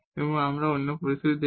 এখন আমরা অন্য পরিস্থিতি দেখব